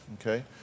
Okay